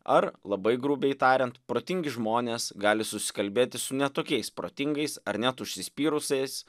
ar labai grubiai tariant protingi žmonės gali susikalbėti su ne tokiais protingais ar net užsispyrusiais